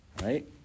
Right